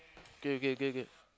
okay okay okay okay